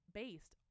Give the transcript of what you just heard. based